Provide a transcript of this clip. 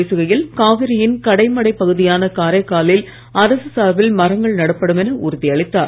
பேசுகையில் காவிரியின் கடைமடை பகுதியான காரைக்காலில் அரசு சார்பில் மரங்கள் நடப்படும் என உறுதி அளித்தார்